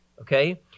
Okay